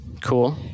Cool